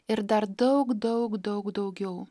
ir dar daug daug daug daugiau